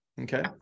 Okay